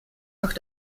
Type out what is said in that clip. auch